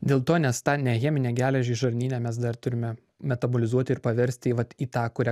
dėl to nes tą ne cheminę geležį žarnyne mes dar turime metabolizuoti ir paversti vat į tą kurią